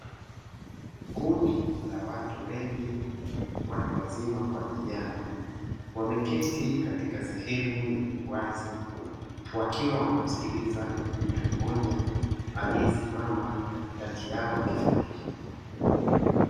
Kundi la watu wengi, watu wazima kwa vijana, wameketi katika sehemu yenye uwazi, wakiwa wanamsikiliza mtu mmoja, aliye simama katikati yao akifundisha.